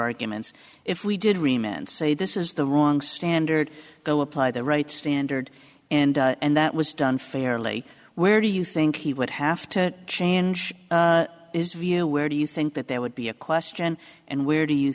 arguments if we did remain and say this is the wrong standard go apply the right standard and and that was done fairly where do you think he would have to change his view where do you think that there would be a question and where do you